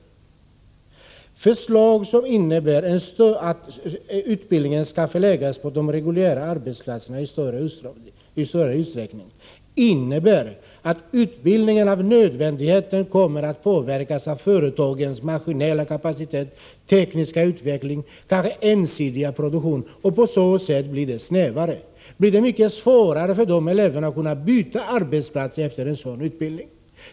Förslag som innebär att utbildningen i större utsträckning skall förläggas till de reguljära arbetsplatserna innebär att utbildningen med nödvändighet kommer att påverkas av företagens maskinella kapacitet, tekniska utveckling och kanske ensidiga produktion. På så sätt blir den snävare, och det blir mycket svårare för eleverna att efter en sådan utbildning byta arbetsplats.